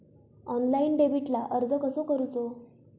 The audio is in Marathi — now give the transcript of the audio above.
ऑनलाइन डेबिटला अर्ज कसो करूचो?